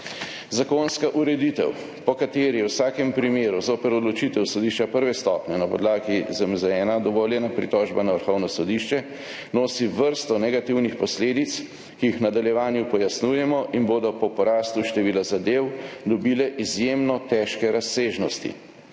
Zakonska ureditev, po kateri je v vsakem primeru zoper odločitev sodišča prve stopnje na podlagi ZMZ-1 dovoljena pritožba na Vrhovno sodišče, nosi vrsto negativnih posledic, ki jih v nadaljevanju pojasnjujemo in bodo po porastu števila zadev dobile izjemno težke razsežnosti.